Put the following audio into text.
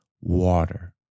water